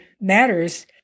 matters